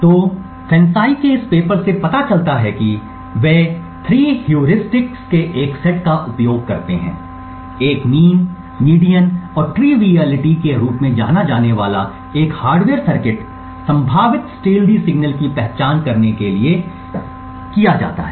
तो FANCI paper से पता चलता है कि वे 3 हेयर्सिस्टिक्स के एक सेट का उपयोग करते हैं एक मीन मीडियन और ट्रीवयलिटी के रूप में जाना जाने वाला एक हार्डवेयर सर्किट में संभावित स्टीलधी सिग्नल की पहचान करने के लिए किया जाता है